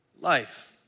life